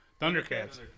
Thundercats